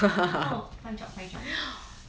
no no no find job find job